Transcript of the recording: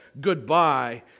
goodbye